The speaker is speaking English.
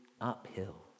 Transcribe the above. uphill